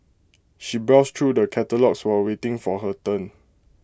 she browsed through the catalogues while waiting for her turn